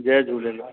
Jay Jhulelal